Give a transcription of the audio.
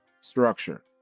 structure